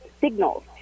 signals